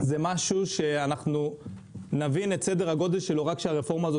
זה משהו שאנחנו נבין את סדר הגודל שלו רק כשהרפורמה הזאת